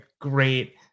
great